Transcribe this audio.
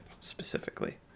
specifically